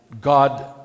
God